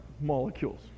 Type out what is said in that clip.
molecules